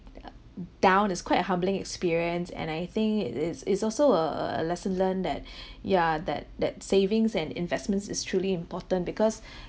down it's quite a humbling experience and I think it is is also a a a lesson learnt that yeah that that savings and investments is truly important because